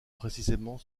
précisément